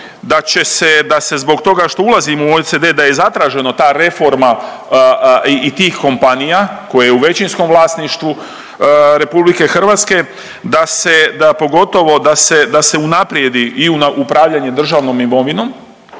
Da će se, da se zbog toga što ulazimo u OECD da je zatraženo ta reforma i tih kompanija koje je u većinskom vlasništvu RH, da se, da pogotovo da se, da se unaprijedi i na upravljanje državnom imovinom